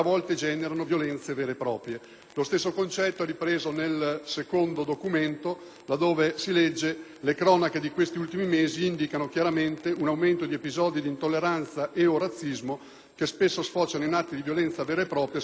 Lo stesso concetto è ripreso nella mozione n. 69, laddove si legge: «le cronache di questi ultimi mesi indicano chiaramente un aumento di episodi di intolleranza e o razzismo, che spesso sfociano in atti di violenza vera e propria, soprattutto nei confronti di minori stranieri».